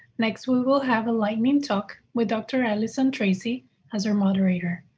next we will have a lightning talk with dr. allison tracey as our moderator.